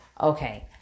okay